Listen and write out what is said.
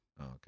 Okay